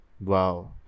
Wow